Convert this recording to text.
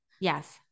yes